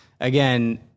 again